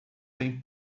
têm